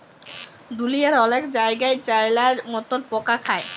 দুঁলিয়ার অলেক জায়গাই চাইলার মতল পকা খায়